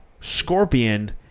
Scorpion